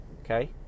okay